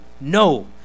no